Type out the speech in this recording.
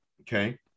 Okay